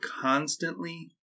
constantly